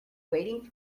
waiting